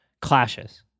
clashes